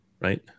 right